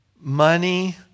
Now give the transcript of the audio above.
money